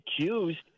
accused